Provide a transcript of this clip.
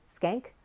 skank